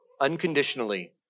unconditionally